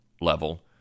level